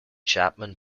chapman